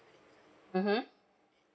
mmhmm